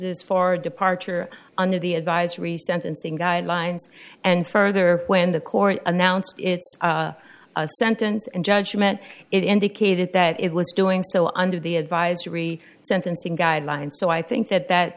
basis for departure under the advisory sentencing guidelines and further when the court announced its a sentence and judgment it indicated that it was doing so under the advisory sentencing guidelines so i think that that